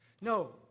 No